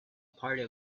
party